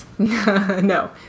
No